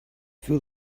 fill